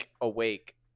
awake